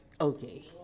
okay